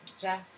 Jeff